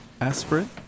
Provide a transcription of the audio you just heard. Aspirin